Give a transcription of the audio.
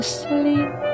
sleep